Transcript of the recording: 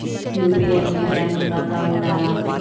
UPI కి bank ఖాతా ఉండాల?